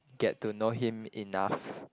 get to know him enough